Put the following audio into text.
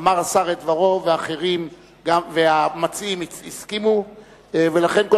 אמר השר את דברו והמציעים הסכימו ולכן כל